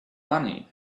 money